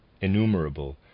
Innumerable